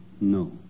No